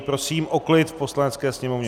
Prosím o klid v Poslanecké sněmovně!